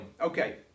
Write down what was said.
Okay